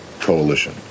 coalition